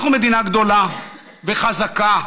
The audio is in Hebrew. אנחנו מדינה גדולה וחזקה,